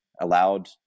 allowed